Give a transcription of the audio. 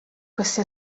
queste